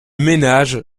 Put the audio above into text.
ménage